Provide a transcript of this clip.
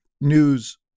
news